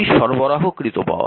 এটি সরবরাহকৃত পাওয়ার